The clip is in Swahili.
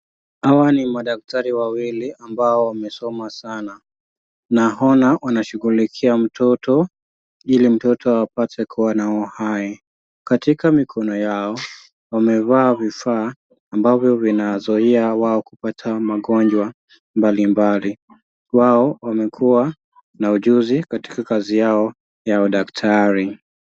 Hawa ni madaktari wawili ambao wamesoma sana. Naona wana shughulikia mtoto ili mtoto apate kuwa na uhai. Katika mikono yao, wemevaa vifaa ambavyo vinawazuia wao kupata magonjwa mbali mbali. Wao wamekuwa na ujuzi katika kazi yao ya udaktari.